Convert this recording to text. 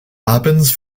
abends